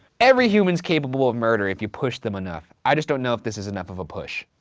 every human's capable of murder if you push them enough. i just don't know if this is enough of a push.